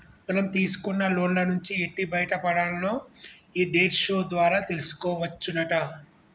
మనం తీసుకున్న లోన్ల నుంచి ఎట్టి బయటపడాల్నో ఈ డెట్ షో ద్వారా తెలుసుకోవచ్చునట